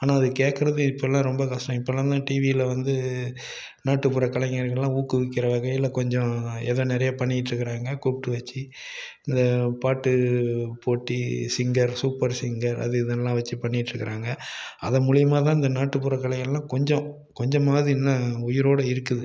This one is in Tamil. ஆனால் அது கேட்குறது இப்போலாம் ரொம்ப கஷ்டம் இப்போலாந்தான் டிவியில் வந்து நாட்டுப்புற கலைஞர்கள்லாம் ஊக்குவிக்கிற வகையில் கொஞ்சம் எதோ நிறைய பண்ணிட்டுருக்காங்க கூப்பிட்டு வச்சி இந்த பாட்டு போட்டி சிங்கர் சூப்பர் சிங்கர் அது இதெல்லாம் வச்சி பண்ணிட்டுருக்காங்க அத மூலிமாத்தான் இந்த நாட்டுப்புற கலைகள்லாம் கொஞ்சம் கொஞ்சம் மாவது இன்னும் உயிரோடு இருக்குது